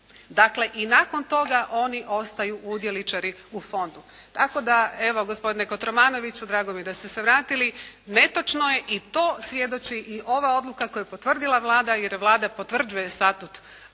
Dakle, i nakon toga oni ostaju udjeličari u fondu. Tako da evo gospodine Kotromanoviću drago mi je da ste se vratili, netočno je i to svjedoči ova odluka koju je potvrdila Vlada, jer Vlada potvrđuje statut fonda